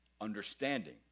understanding